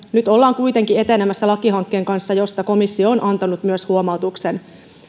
nyt ollaan kuitenkin etenemässä lakihankkeen kanssa josta komissio on antanut myös huomautuksen